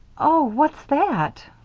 oh! what's that?